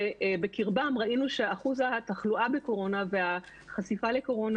ובקרבם ראינו שאחוז התחלואה בקורונה והחשיפה לקורונה